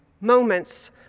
moments